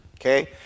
okay